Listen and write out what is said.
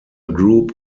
group